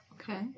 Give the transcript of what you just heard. Okay